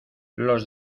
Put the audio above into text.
los